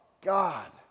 God